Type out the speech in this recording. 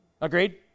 Agreed